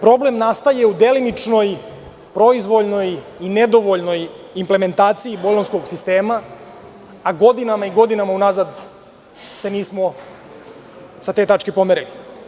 Problem nastaje u delimičnoj, proizvoljnoj i nedovoljnoj implementaciji bolonjskog sistema, a godinama i godinama unazad se nismo sa te tačke pomerili.